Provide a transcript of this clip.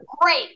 great